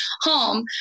home